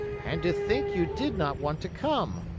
and to think you did not want to come!